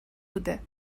بوده